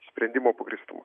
sprendimo pagrįstumą